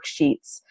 worksheets